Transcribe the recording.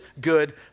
good